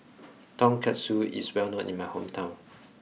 Tonkatsu is well known in my hometown